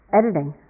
editing